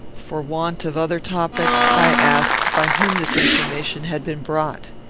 for want of other topics, i asked by whom this information had been brought.